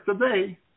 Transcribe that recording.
today